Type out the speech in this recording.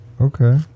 Okay